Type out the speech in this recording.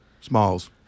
Smalls